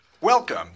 Welcome